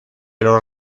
los